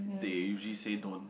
they usually say don't